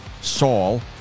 Saul